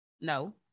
no